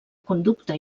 conducta